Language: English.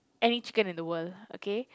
any chicken in the world okay